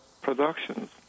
productions